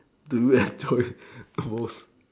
do you enjoy most